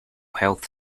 health